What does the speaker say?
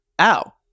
ow